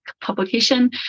publication